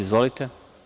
Izvolite.